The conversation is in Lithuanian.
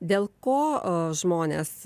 dėl ko žmonės